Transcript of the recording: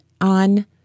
on